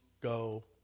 go